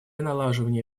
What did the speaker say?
налаживания